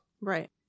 Right